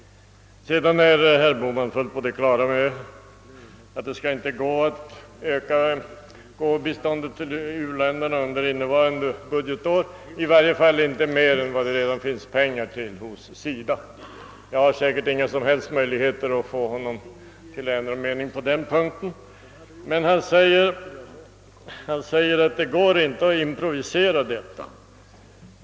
Herr Bohman tycks vara fullt säker på att det inte går att öka biståndet till u-länderna under innevarande budgetår, i varje fall inte mer än vad det redan finns pengar till hos SIDA. Jag har säkert inga som helst möjligheter att få honom att ändra mening på den punkten. Herr Bohman säger emellertid, att det inte går att improvisera sådana åtgärder.